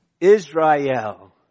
Israel